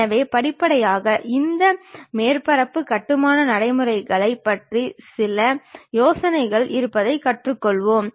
எனவே படிப்படியாக இந்த மேற்பரப்பு கட்டுமான நடைமுறைகளைப் பற்றி சில யோசனைகள் இருப்பதைக் கற்றுக்கொள்வோம்